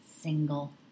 single